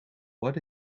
what